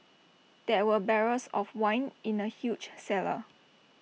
there were barrels of wine in the huge cellar